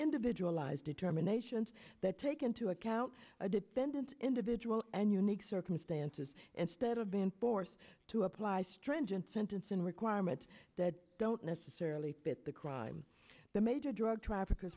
individualized determinations that take into account a dependent individual and unique circumstances instead of been forced to apply stringent sentence and requirements that don't necessarily fit the crime the major drug traffick